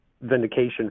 vindication